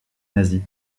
nazis